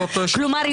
כלומר,